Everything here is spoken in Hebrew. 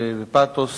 ובפתוס